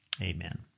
Amen